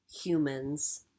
humans